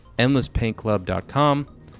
endlesspaintclub.com